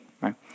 right